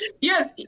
yes